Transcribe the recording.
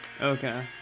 Okay